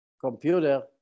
computer